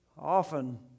Often